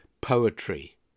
poetry